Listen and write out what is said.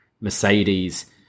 Mercedes